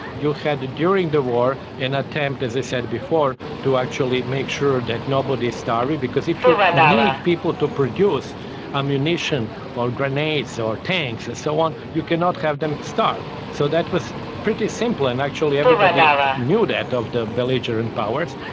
you had during the war an attempt, as i said before, to actually make sure that nobody is starving, because if you need people to produce ammunition or grenades or tanks and so on, you cannot have them starve. so that was pretty simple, and actually everybody knew that of the belligerent powers.